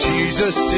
Jesus